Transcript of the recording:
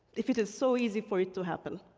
if it is so easy for it to happen?